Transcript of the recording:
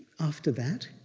after that,